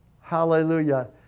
hallelujah